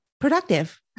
productive